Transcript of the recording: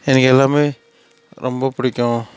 எனக்கு எல்லாமே ரொம்ப பிடிக்கும்